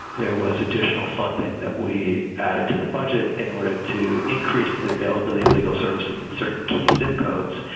there was additional funding that we added to the budget in order to increase the availability of legal services in certain key zip codes.